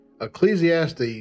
ecclesiastes